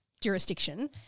jurisdiction